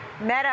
Meta